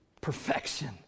perfection